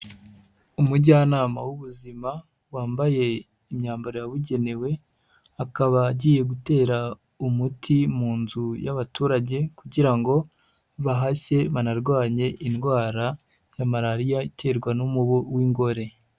Umujyanama w'ubuzima wambaye imyambaro yabugenewe, akaba agiye gutera umuti mu nzu y'abaturage kugira ngo bahashye, banarwanye indwara ya Malariya iterwa n'umubu w'ingore.